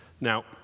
Now